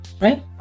right